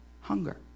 hunger